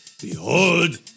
Behold